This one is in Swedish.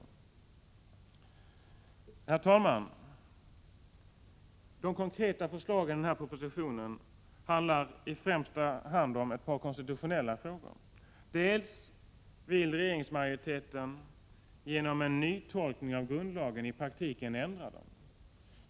Herr talman! De konkreta förslagen i propositionen handlar främst om ett par konstitutionella frågor. Regeringen vill genom en ny tolkning av grundlagen i praktiken ändra den.